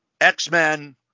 x-men